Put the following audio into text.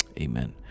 amen